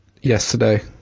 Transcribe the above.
yesterday